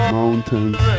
mountains